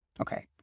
Okay